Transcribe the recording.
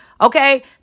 Okay